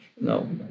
no